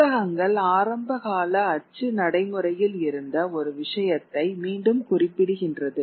புத்தகங்கள் ஆரம்பகால அச்சு நடைமுறையில் இருந்த ஒரு விஷயத்தை மீண்டும் குறிப்பிடுகின்றது